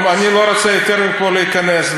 אני לא רוצה יותר מפה להיכנס.